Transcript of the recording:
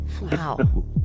Wow